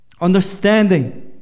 Understanding